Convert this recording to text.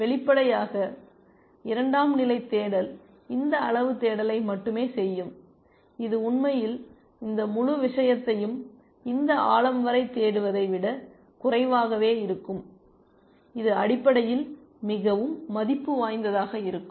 வெளிப்படையாக இரண்டாம் நிலை தேடல் இந்த அளவு தேடலை மட்டுமே செய்யும் இது உண்மையில் இந்த முழு விஷயத்தையும் இந்த ஆழம் வரை தேடுவதை விட குறைவாகவே இருக்கும் இது அடிப்படையில் மிகவும் மதிப்பு வாய்ந்ததாக இருக்கும்